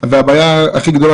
הבעיה הכי גדולה,